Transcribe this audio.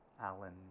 Alan